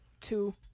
two